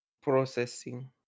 Processing